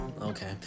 okay